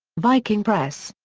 viking press.